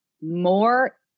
more